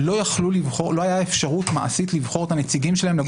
לא הייתה אפשרות מעשית לבחור את הנציגים שלהן לגוף הבוחר.